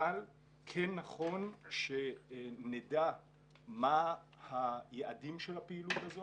אבל כן נכון שנדע מה היעדים של הפעילות הזאת